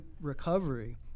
recovery